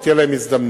ותהיה להן הזדמנות.